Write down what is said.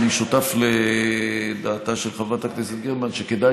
אני שותף לדעתה של חברת הכנסת גרמן שכדאי